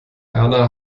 erna